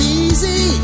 easy